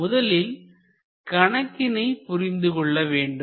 முதலில் கணக்கினை புரிந்து கொள்ள வேண்டும்